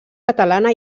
catalana